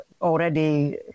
already